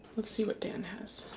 let's see what dan has